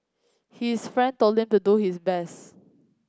his friend told him to do his best